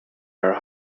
are